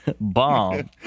Bomb